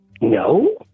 No